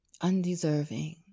undeserving